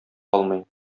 алмый